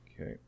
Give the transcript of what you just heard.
Okay